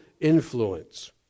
influence